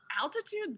Altitude